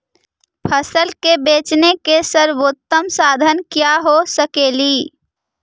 फसल के बेचने के सरबोतम साधन क्या हो सकेली?